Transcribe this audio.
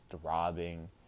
throbbing